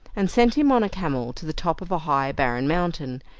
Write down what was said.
and sent him on a camel to the top of a high barren mountain,